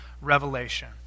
Revelation